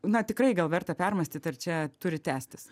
na tikrai gal verta permąstyti ar čia turi tęstis